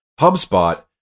HubSpot